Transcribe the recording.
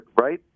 right